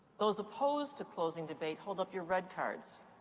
those opposed to closing debate, hold up your red cards.